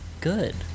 good